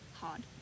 hard